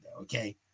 Okay